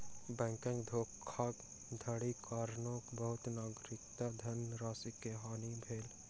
बैंकक धोखाधड़ीक कारणेँ बहुत नागरिकक धनराशि के हानि भेल